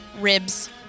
Ribs